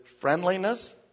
friendliness